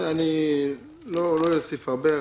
אני לא אוסיף הרבה.